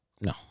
No